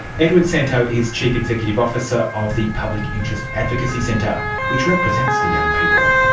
edward santow is chief executive officer of the public interest advocacy centre which represents the young people.